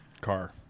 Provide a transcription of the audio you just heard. Car